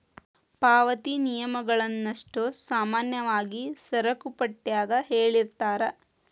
ಪಾವತಿ ನಿಯಮಗಳನ್ನಷ್ಟೋ ಸಾಮಾನ್ಯವಾಗಿ ಸರಕುಪಟ್ಯಾಗ ಹೇಳಿರ್ತಾರ